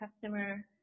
customer